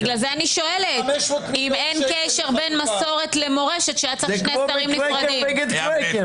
עם 500 מיליון שקל לחלוקה.